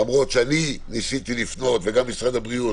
למרות שניסיתי לפנות וגם משרד הבריאות